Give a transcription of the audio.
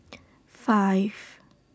five